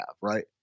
right